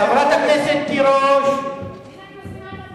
חברת הכנסת תירוש, הנה, אני מזמינה את